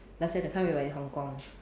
let's say the time when we were in Hong-Kong